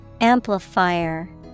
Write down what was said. amplifier